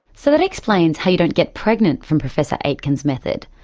so that explains how you don't get pregnant from professor aitken's method,